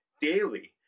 daily